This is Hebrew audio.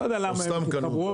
לא יודע למה הם התחברו,